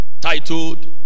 titled